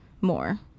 more